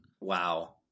Wow